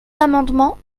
amendement